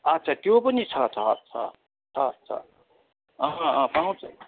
अच्छा त्यो पनि छ छ छ छ छ पाउँछ